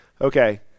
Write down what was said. okay